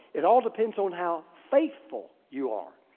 it all depends on how faithful you are.